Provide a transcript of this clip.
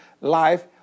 life